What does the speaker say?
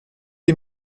les